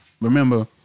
remember